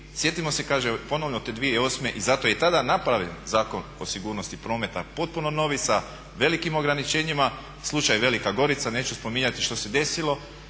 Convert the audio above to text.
sjetimo se kažem ponovno te 2008. i zato je i tada napravljen Zakon o sigurnosti prometa potpuno novi sa velikim ograničenjima. Slučaj Velika Gorica neću spominjati što se desilo.